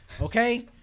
Okay